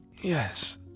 Yes